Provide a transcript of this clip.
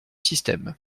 système